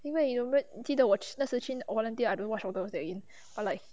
因为 you remember 记得我那时去 volunteer I don't wash all those that in but like